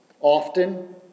often